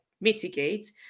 mitigate